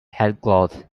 headcloth